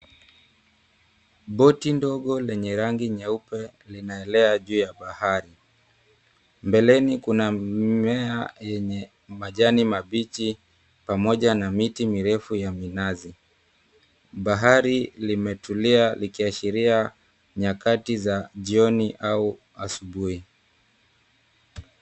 Boti ndogo lenye rangi nyeupe linaelea juu ya bahari. Mbeleni kuna mimea yenye majani mabichi pamoja na miti mirefu ya minazi. Bahari limetulia likiashiria nyakati za jioni au asubuhi.